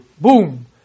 Boom